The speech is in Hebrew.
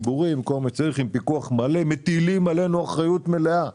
עם פיקוח מלא ואחריות שלנו.